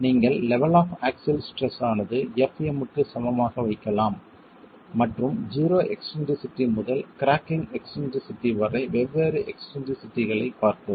நீங்கள் level of axial stress ஆனது fm க்கு சமமாக வைக்கலாம் மற்றும் 0 எக்ஸ்ன்ட்ரிசிட்டி முதல் கிராக்கிங் எக்ஸ்ன்ட்ரிசிட்டி வரை வெவ்வேறு எக்ஸ்ன்ட்ரிசிட்டிகளைப் பார்க்கலாம்